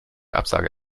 absage